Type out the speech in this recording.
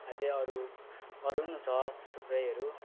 अझ अरू अरूहरू पनि छ थुप्रैहरू